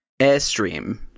Airstream